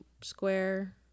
Square